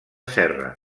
serra